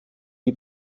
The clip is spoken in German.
die